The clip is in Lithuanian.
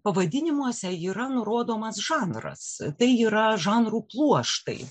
pavadinimuose yra nurodomas žanras tai yra žanrų pluoštai